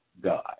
God